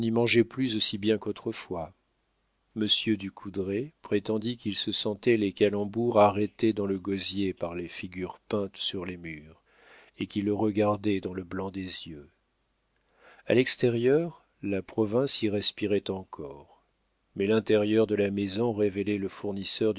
mangeait plus aussi bien qu'autrefois monsieur du coudrai prétendit qu'il se sentait les calembours arrêtés dans le gosier par les figures peintes sur les murs et qui le regardaient dans le blanc des yeux a l'extérieur la province y respirait encore mais l'intérieur de la maison révélait le fournisseur